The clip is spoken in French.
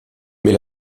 mais